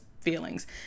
feelings